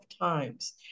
times